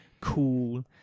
cool